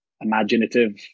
imaginative